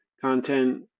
content